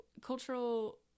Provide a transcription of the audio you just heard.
cultural